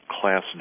class